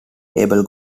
able